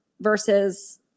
versus